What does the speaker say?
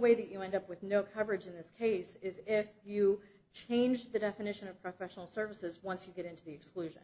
way that you end up with no coverage in this case is if you change the definition of professional services once you get into the exclusion